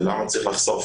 למה צריך לחשוף